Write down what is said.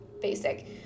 basic